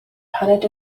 paned